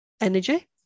energy